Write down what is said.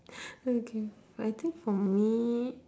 okay I think for me